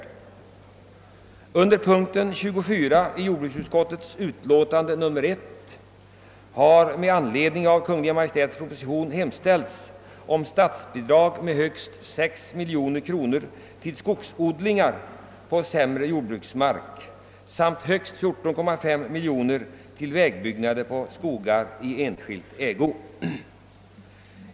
I anledning av Kungl. Maj:ts proposition i ärendet har jordbruksutskottet under punkten 24 i förevarande utlåtande hemställt om statsbidrag med högst 6 miljoner kronor till skogsodling på sämre jordbruksmark samt högst 14,5 miljoner kronor till vägbyggnader på skogar i enskild ägo.